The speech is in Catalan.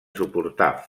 suportar